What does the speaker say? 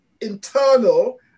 internal